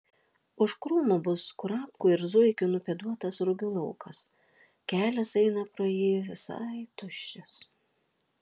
už krūmų bus kurapkų ir zuikių nupėduotas rugių laukas kelias eina pro jį visai tuščias